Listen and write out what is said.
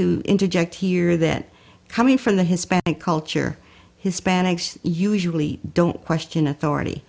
to interject here that coming from the hispanic culture hispanics usually don't question authority